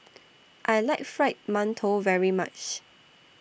I like Fried mantou very much